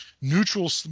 neutral